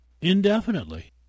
indefinitely